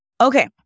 Okay